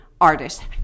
artist